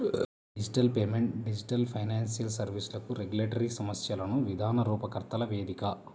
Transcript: digital payment digital financial సర్వీస్లకు regulatory సమస్యలను విధాన రూపకర్తల వేదిక